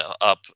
up